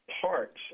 parts